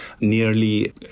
Nearly